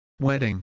wedding